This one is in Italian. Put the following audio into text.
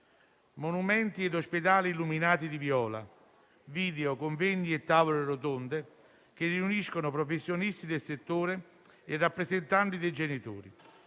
Monumenti e ospedali illuminati di viola, video, convegni e tavole rotonde che riuniscono professionisti del settore e rappresentanti dei genitori